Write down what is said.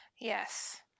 Yes